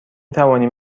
توانیم